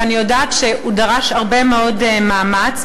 ואני יודעת שהוא דרש הרבה מאוד מאמץ.